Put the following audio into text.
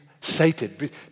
sated